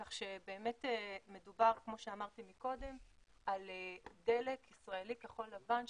כך שבאמת מדובר על דלק ישראלי כחול-לבן,